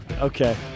Okay